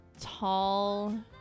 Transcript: tall